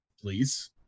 Please